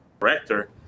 director